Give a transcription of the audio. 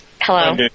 Hello